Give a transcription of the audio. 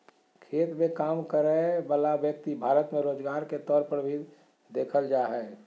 खेत मे काम करय वला व्यक्ति भारत मे रोजगार के तौर पर भी देखल जा हय